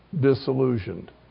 disillusioned